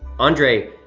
andre